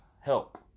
help